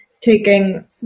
taking